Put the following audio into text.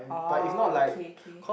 orh okay okay